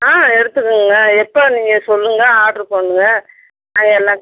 ஆ எடுத்துக்கோங்க எப்போது நீங்கள் சொல்லுங்கள் ஆர்ட்ரு பண்ணுங்க அது எல்லாம்